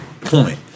point